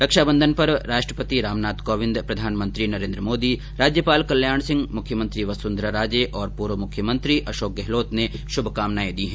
रक्षाबंधन पर राष्ट्रपति रामनाथ कोविंद प्रधानमंत्री नरेन्द्र मोदी राज्यपाल कल्याण सिंह मुख्यमंत्री वसुंधरा राजे और पूर्व मुख्यमंत्री अशोक गहलोत ने शुभकामनाएं दी है